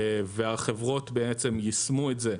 והחברות בעצם יישמו את זה,